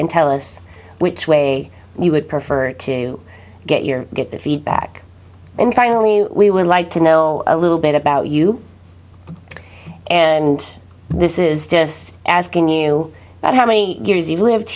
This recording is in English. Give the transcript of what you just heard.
and tell us which way you would prefer to get your get the feedback and finally we would like to know a little bit about you and this is just asking you about how many years you've lived